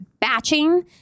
batching